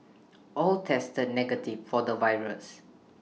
all tested negative for the virus